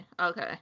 Okay